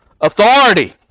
authority